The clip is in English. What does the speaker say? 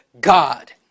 God